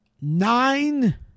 nine